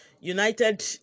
United